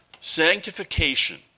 sanctification